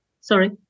Sorry